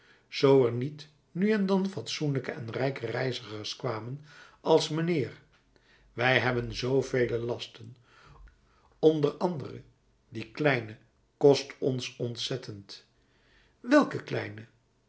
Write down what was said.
zoo er niet nu en dan fatsoenlijke en rijke reizigers kwamen als mijnheer wij hebben zoovele lasten onder andere die kleine kost ons ontzettend welke kleine